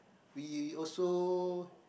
we also